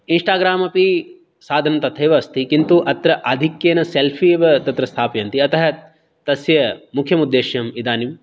Instagram अपि साधनं तथैव अस्ति किन्तु अत्र आधिक्येन सेल्फ़ि एव तत्र स्थापयन्ति अतः तस्य मुख्यं उद्देश्यं इदानीं